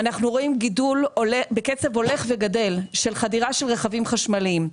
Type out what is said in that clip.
אנחנו רואים גידול בקצב הולך וגדל של חדירה של רכבים חשמליים.